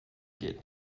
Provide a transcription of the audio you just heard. gehen